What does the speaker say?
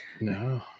No